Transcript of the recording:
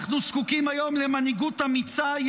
אנחנו זקוקים היום למנהיגות אמיצה,